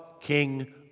king